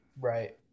right